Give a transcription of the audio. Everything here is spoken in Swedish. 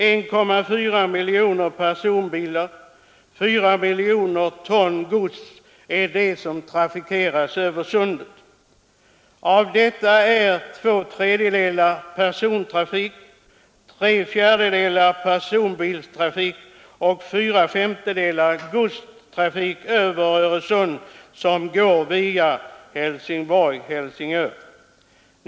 Över sundet trafikeras 1,4 miljoner personbilar och 4 miljoner ton gods. Det är två tredjedelar av persontrafiken, tre fjärdedelar av personbilstrafiken och fyra femtedelar av godstrafiken över Öresund som går via Helsingborg— Helsingör.